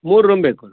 ಮೂರು ರೂಮ್ ಬೇಕು